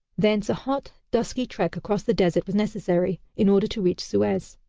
thence a hot dusty trek across the desert was necessary, in order to reach suez.